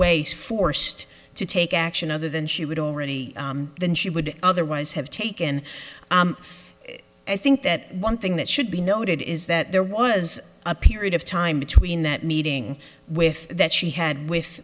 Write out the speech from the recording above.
way forced to take action other than she would already than she would otherwise have taken i think that one thing that should be noted is that there was a period of time between that meeting with that she had with